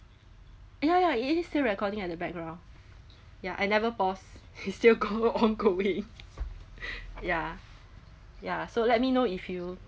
ya ya it is still recording at the background ya I never pause it's still go on going ya ya so let me know if you